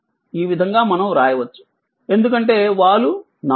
ఈ విధంగా మనం వ్రాయవచ్చు ఎందుకంటే వాలు 4